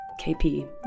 KP